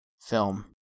film